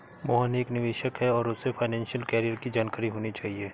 मोहन एक निवेशक है और उसे फाइनेशियल कैरियर की जानकारी होनी चाहिए